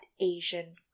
Asian